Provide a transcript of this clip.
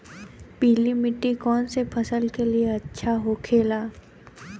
पीला मिट्टी कोने फसल के लिए अच्छा होखे ला?